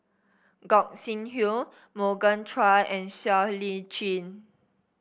Gog Sing Hooi Morgan Chua and Siow Lee Chin